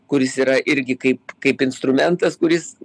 kuris yra irgi kaip kaip instrumentas kuris